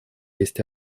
есть